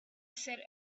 said